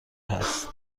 هست